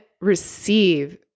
receive